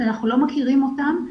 שאנחנו לא מכירים אותם,